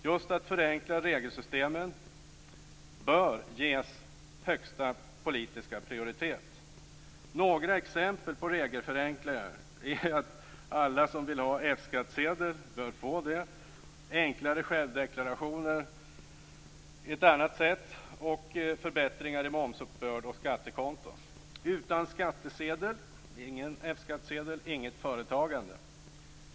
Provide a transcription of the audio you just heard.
Just att förenkla regelsystemen bör ges högsta politiska prioritet. Ett exempel på regelförenklingar är att alla som vill ha F-skattsedel bör få det. Enklare självdeklarationer är ett annat sätt, och förbättringar i momsuppbörd och skattekonton ytterligare sätt. Ingen F-skattsedel, inget företagande.